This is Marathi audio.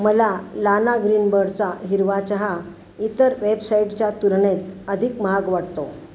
मला लाना ग्रीनबर्डचा हिरवा चहा इतर वेबसाईटच्या तुलनेत अधिक महाग वाटतो